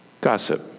gossip